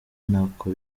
ntako